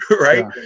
right